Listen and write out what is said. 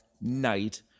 night